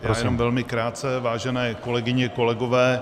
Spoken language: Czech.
Já jen velmi krátce, vážené kolegyně, kolegové.